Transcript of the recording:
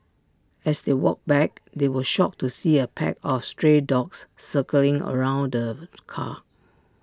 as they walked back they were shocked to see A pack of stray dogs circling around the car